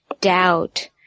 doubt